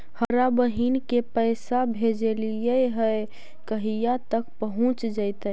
हमरा बहिन के पैसा भेजेलियै है कहिया तक पहुँच जैतै?